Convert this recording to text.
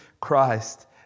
Christ